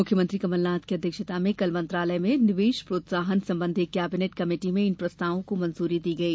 मुख्यमंत्री कमलनाथ की अध्यक्षता में कल मंत्रालय में निवेश प्रोत्साहन संबंधी कैबिनेट कमेटी में इन प्रस्तावों को मंजूरी दी गई